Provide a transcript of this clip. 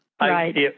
Right